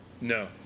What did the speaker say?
No